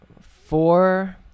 four